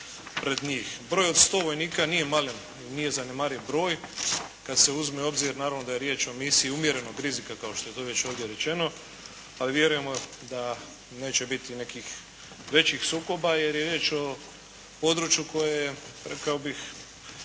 pred njih. Broj od 100 vojnika nije malen i nije zanemariv broj kad se uzme u obzir naravno da je riječ o misiji umjerenog rizika kao što je to već ovdje rečeno, ali vjerujemo da neće biti nekih većih sukoba jer je riječ o području koje je